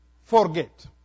forget